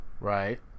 Right